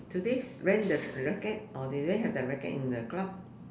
do this rent the racket or they already have the racket in the club